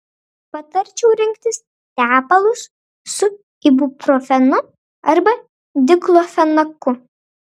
patarčiau rinktis tepalus su ibuprofenu arba diklofenaku